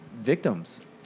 victims